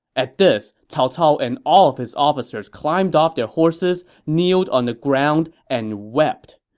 at this, cao cao and all of his officers climbed off their horses, kneeled on the ground, and wept.